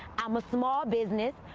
i'm a small business.